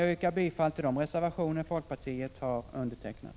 Jag yrkar bifall till de reservationer som folkpartiet har undertecknat.